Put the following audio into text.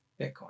Bitcoin